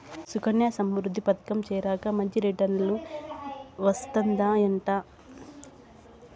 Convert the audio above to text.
సుకన్యా సమృద్ధి పదకంల చేరాక మంచి రిటర్నులు వస్తందయంట